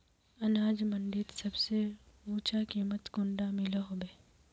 अनाज मंडीत सबसे ऊँचा कीमत कुंडा मिलोहो होबे?